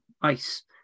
Ice